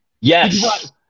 Yes